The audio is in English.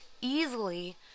easily